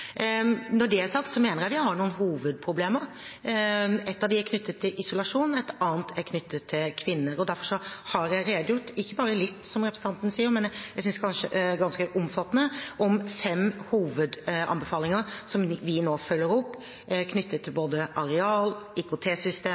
Når det er sagt, mener jeg vi har noen hovedproblemer. Ett av dem er knyttet til isolasjon, et annet er knyttet til kvinner. Derfor har jeg redegjort – ikke bare litt, som representanten sier, men jeg synes ganske omfattende – for fem hovedanbefalinger som vi nå følger opp, knyttet til både areal,